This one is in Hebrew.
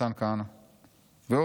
מתן כהנא ועוד".